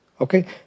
Okay